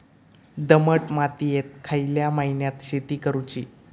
दमट मातयेत खयल्या महिन्यात शेती करुची?